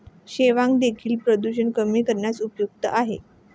शेवाळं देखील प्रदूषण कमी करण्यास उपयुक्त आहे